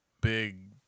big